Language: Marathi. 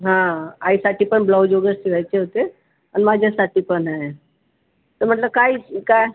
हा आईसाठी पण ब्लाऊज वगैरे शिवायचे होते आणि माझ्यासाठी पण आहे त म्हटलं काय काय